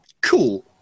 cool